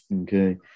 okay